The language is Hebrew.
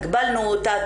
הגבלנו אותה,